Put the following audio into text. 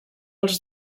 els